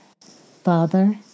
Father